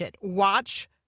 watch